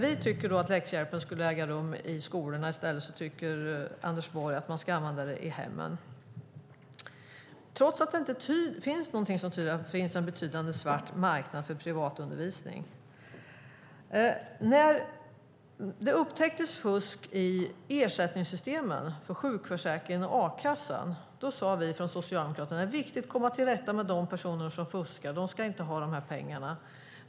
Vi tycker att läxhjälpen borde äga rum i skolorna i stället, men Anders Borg tycker att man ska använda detta i hemmen trots att det inte finns någonting som tyder på att det finns en betydande svart marknad för privatundervisning. När fusk upptäcktes i ersättningssystemen för sjukförsäkringen och a-kassan sade vi från Socialdemokraterna att det är viktigt att komma till rätta med de personer som fuskar. De ska inte ha de här pengarna.